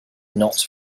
not